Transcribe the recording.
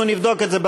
המספרים יורדים.